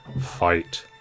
fight